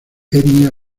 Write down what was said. etnia